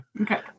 Okay